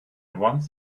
once